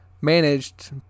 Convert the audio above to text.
managed